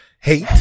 hate